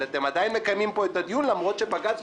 אבל אתם עדיין מקיימים פה את הדיון למרות שבג"ץ,